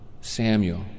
Samuel